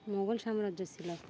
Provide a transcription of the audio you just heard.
মোগল সাম্রাজ্য ছিল